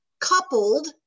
Coupled